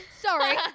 Sorry